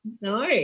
no